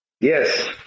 yes